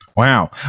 Wow